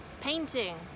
painting